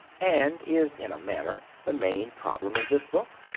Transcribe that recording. and is in a manner the main problem of this book.